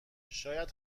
شاید